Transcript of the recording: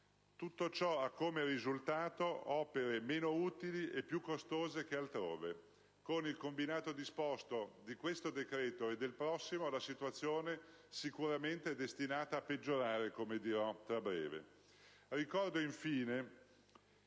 Tutto ciò ha come risultato opere meno utili e più costose che altrove. Con il combinato disposto di questo decreto e del prossimo, la situazione sicuramente è destinata a peggiorare, come dirò tra breve.